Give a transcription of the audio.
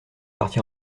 parti